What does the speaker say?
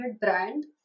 brand